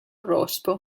rospo